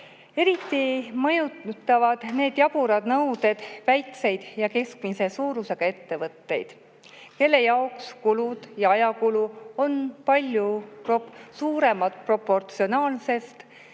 Eriti mõjutavad need jaburad nõuded väikseid ja keskmise suurusega ettevõtteid, kelle jaoks kulud ja ajakulu on palju suuremad proportsionaalselt